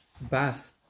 Bas